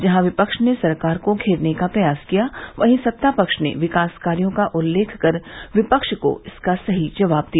जहां विपक्ष ने सरकार को घेरने का प्रयास किया वहीं सत्तापक्ष ने विकास कार्यो का उल्लेख कर विपक्ष को इसका सही जवाब दिया